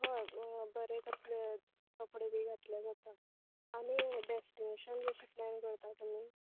होय बरें कसलें कपडे बी घातल्यार जाता आनी डेस्टिनेशन बी अशें प्लेन करता तुमी